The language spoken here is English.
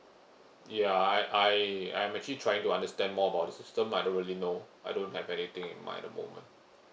ya I I I'm actually trying to understand more about the system I don't really know I don't have anything in mind the moment